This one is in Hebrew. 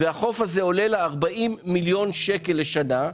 והוא עולה לה כ-40 מיליון ₪ לשנה,